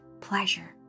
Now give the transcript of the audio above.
pleasure